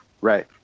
Right